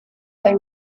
they